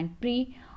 pre